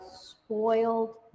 spoiled